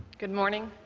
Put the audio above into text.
good morning,